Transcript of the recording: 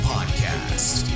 Podcast